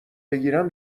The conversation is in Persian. بگیرم